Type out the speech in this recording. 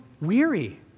weary